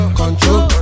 control